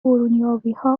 برونیابیها